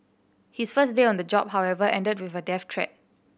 his first day on the job however ended with a death threat